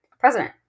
president